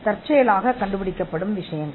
தற்செயலாக கண்டுபிடிக்கப்பட்ட விஷயங்கள்